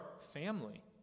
family